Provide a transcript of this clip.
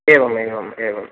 एवम् एवम् एवं